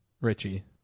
Richie